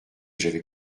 j’avais